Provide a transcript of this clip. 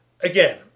Again